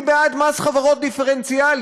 אני בעד מס חברות דיפרנציאלי.